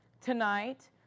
tonight